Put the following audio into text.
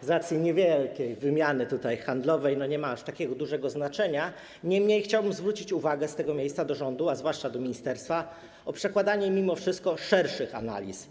Ona z racji niewielkiej wymiany handlowej nie ma aż takiego dużego znaczenia, niemniej chciałbym zwrócić uwagę z tego miejsca, to apel do rządu, a zwłaszcza do ministerstwa, o przekładanie mimo wszystko szerszych analiz